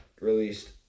released